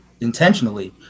intentionally